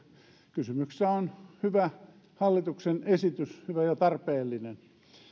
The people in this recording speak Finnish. kysymyksessä on hyvä hallituksen esitys hyvä ja tarpeellinen